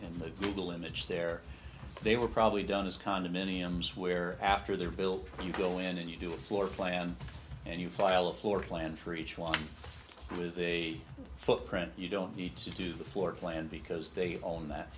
in the google image there they were probably done as condominiums where after they're built you go in and you do a floor plan and you file a floor plan for each one with a footprint you don't need to do the floor plan because they own that